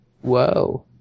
Whoa